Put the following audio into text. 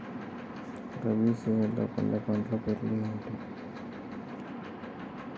రబీ సీజన్లో పండే పంటల పేర్లు ఏమిటి?